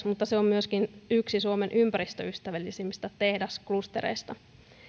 mutta se on myöskin yksi suomen ympäristöystävällisimmistä tehdasklustereista